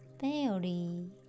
belly